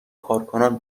کارکنان